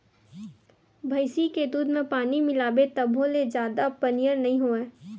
भइसी के दूद म पानी मिलाबे तभो ले जादा पनियर नइ होवय